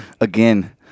Again